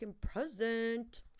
present